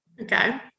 Okay